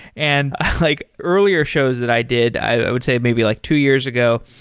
and like earlier shows that i did, i would say maybe like two years ago,